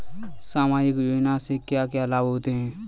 सामाजिक योजना से क्या क्या लाभ होते हैं?